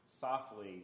softly